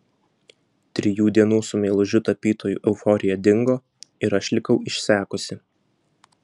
trijų dienų su meilužiu tapytoju euforija dingo ir aš likau išsekusi